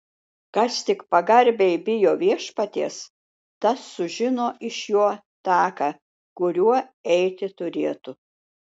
kas tik pagarbiai bijo viešpaties tas sužino iš jo taką kuriuo eiti turėtų